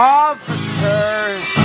officers